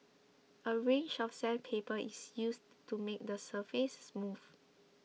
a range of sandpaper is used to make the surface smooth